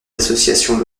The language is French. associations